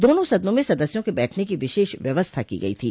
दोनों सदनों में सदस्यों के बैठने की विशेष व्यवस्था की गई थी